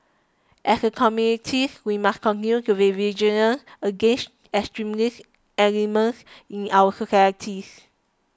as a communities we must continue to be vigilant against extremist elements in our societies